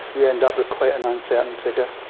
you end up with quite an uncertain figure.